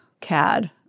CAD